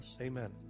Amen